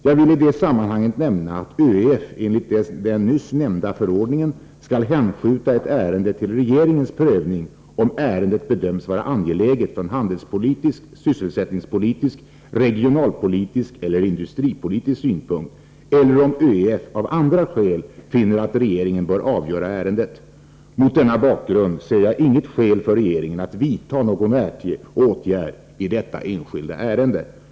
Jag vill i det sammanhanget nämna att ÖEF enligt den nyss nämnda förordningen skall hänskjuta ett ärende till regeringens prövning, om ärendet bedöms vara angeläget från handelspolitisk, sysselsättningspolitisk, regionalpolitisk eller industripolitisk synpunkt, eller om ÖEF av andra skäl finner att regeringen bör avgöra ärendet. Mot denna bakgrund ser jag inget skäl för regeringen att vidta någon åtgärd i detta enskilda ärende.